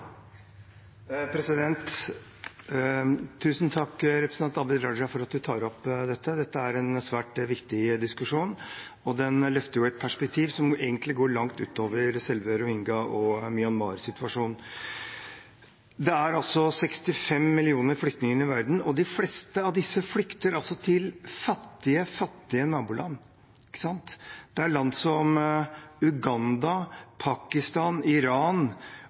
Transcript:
en svært viktig diskusjon, og den løfter et perspektiv som egentlig går langt utover selve rohingya- og Myanmar-situasjonen. Det er 65 millioner flyktninger i verden, og de fleste av disse flykter til fattige naboland. Det er land som Uganda, Pakistan, Iran